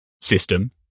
system